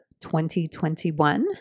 2021